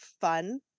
fun